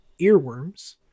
earworms